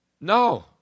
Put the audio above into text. No